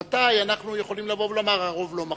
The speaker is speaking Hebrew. ומתי אנחנו יכולים לבוא ולומר שהרוב לא מכריע.